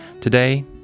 Today